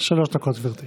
דקות, גברתי.